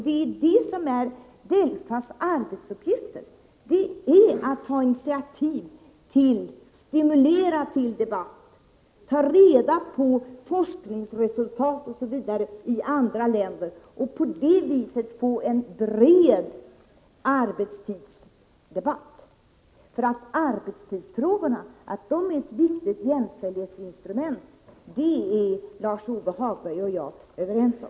DELFA:s arbetsuppgift är att ta initiativ och stimulera till debatt, ta reda på forskningsresultat osv. i andra länder och på det viset få en bred arbetstidsdebatt. Att arbetstidsfrågorna är ett viktigt jämställdhetsinstrument, det är Lars-Ove Hagberg och jag överens om.